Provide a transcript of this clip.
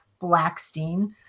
Blackstein